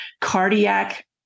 cardiac